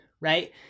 right